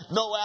no